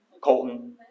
Colton